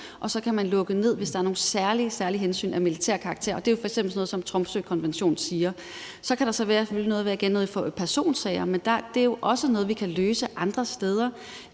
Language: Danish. og så kan man lukke ned, hvis der er nogle særlige, særlige hensyn af militær karakter. Det er jo f.eks. sådan noget, som Tromsøkonventionen siger. Så kan der selvfølgelig igen være noget ved personsager, men det er jo også noget, vi kan løse andre steder.